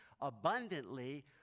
abundantly